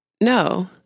no